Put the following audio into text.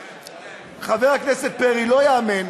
חבר הכנסת פרי, לא ייאמן,